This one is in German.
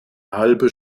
halbe